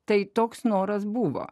tai toks noras buvo